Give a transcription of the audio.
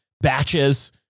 batches